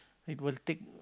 it will take